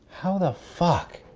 how the fuck,